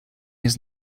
his